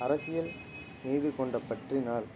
அரசியல் மீது கொண்டப் பற்றினால்